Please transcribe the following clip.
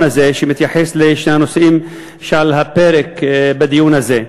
הזה שמתייחס לשני הנושאים שעל הפרק בדיון הזה.